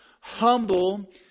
humble